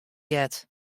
heard